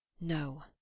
No